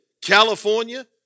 California